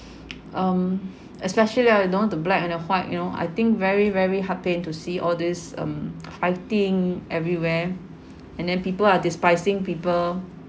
um especially like I don't want to black and then white you know I think very very heart pain to see all these um fighting everywhere and then people are despising people